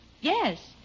Yes